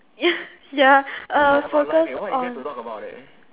ya focus on